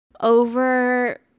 over